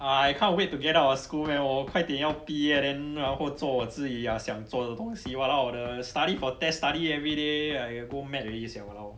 ah I can't wait to get out of school man 我快点要毕业 then 然后做我自己想做的东西 !walao! the study for test study everyday I go mad already sia !walao!